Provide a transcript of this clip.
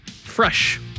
fresh